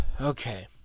Okay